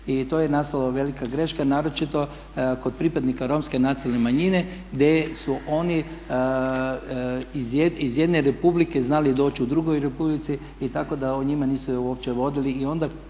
i to je nastala velika greška, naročito kod pripadnika Romske nacionalne manjine gdje su oni iz jedne republike znali doći u drugu republiku i tako da o njima nisu uopće vodili.